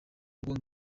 ngo